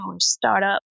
startup